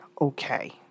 okay